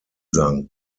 sang